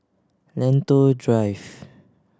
Lentor Drive